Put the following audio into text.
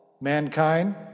mankind